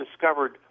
discovered